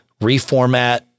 reformat